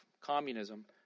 communism